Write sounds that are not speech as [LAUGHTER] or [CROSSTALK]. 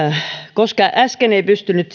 koska äsken en pystynyt [UNINTELLIGIBLE]